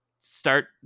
start